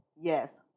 Yes